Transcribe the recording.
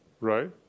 right